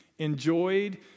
enjoyed